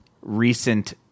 recent